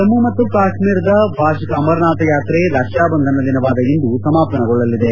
ಜಮ್ನು ಮತ್ತು ಕಾಶ್ಮೀರದಲ್ಲಿ ವಾರ್ಷಿಕ ಅಮರನಾಥ ಯಾತ್ರೆ ರಕ್ಷಾ ಬಂಧನ ದಿನವಾದ ಇಂದು ಸಮಾಪನಗೊಳ್ಳಲಿದೆ